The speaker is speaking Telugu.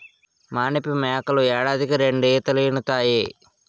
మానిపు మేకలు ఏడాదికి రెండీతలీనుతాయి